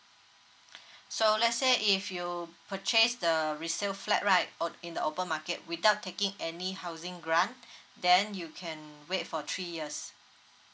so let's say if you purchase the resale flat right o~ in the open market without taking any housing grant then you can wait for three years